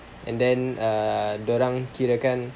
and then err dorang kira kan